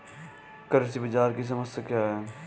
कृषि बाजार की समस्या क्या है?